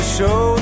show